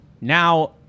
Now